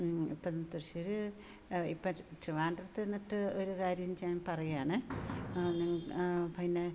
ഇപ്പം തൃശ്ശൂർ ഇപ്പം ട്രിവാൻഡ്രത്തു ചെന്നിട്ട് ഒരു കാര്യം ചെയ്യാൻ പറയുകയാണേ പിന്നെ